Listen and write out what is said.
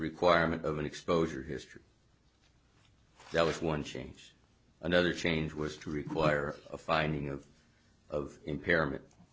requirement of an exposure history that was one change another change was to require a finding of of impairment